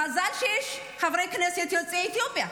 מזל שיש חברי כנסת יוצאי אתיופיה.